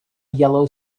yellow